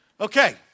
Okay